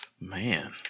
Man